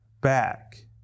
back